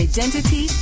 Identity